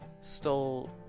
stole